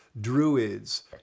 druids